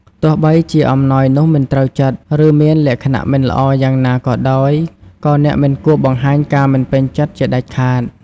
ទោះបីជាអំណោយនោះមិនត្រូវចិត្ត ឬមានលក្ខណៈមិនល្អយ៉ាងណាក៏ដោយ ក៏អ្នកមិនគួរបង្ហាញការមិនពេញចិត្តជាដាច់ខាត។